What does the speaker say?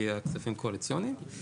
שהביאה כספים קואליציוניים.